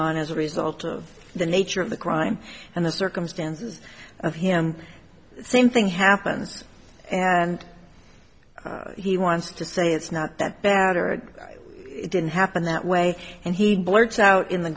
on as a result of the nature of the crime and the circumstances of him same thing happens and he wants to say it's not that bad or didn't happen that way and he blurts out in the